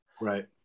right